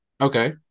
Okay